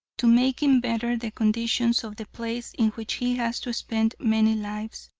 to making better the conditions of the place in which he has to spend many lives,